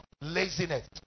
Laziness